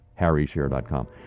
harryshare.com